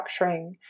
structuring